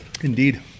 Indeed